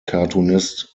cartoonist